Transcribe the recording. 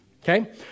Okay